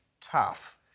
Tough